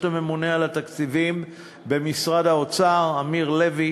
הממונה על התקציבים במשרד האוצר אמיר לוי,